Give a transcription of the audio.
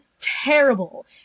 terrible